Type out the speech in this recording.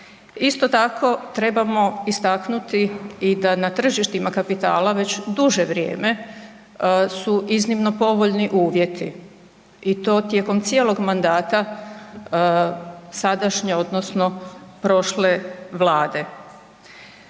Isto tako trebamo istaknuti i da na tržištima kapitala već duže vrijeme su iznimno povoljni uvjeti i to tijekom cijelog mandata sadašnje odnosno prošle Vlade.